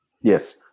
Yes